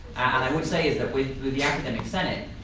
and i would say is but with with the academic senate,